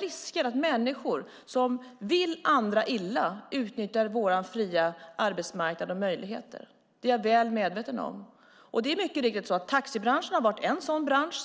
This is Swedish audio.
risken att människor som vill andra illa utnyttjar vår fria arbetsmarknad och våra möjligheter. Detta är jag väl medveten om. Det är mycket riktigt att taxibranschen har varit en sådan bransch.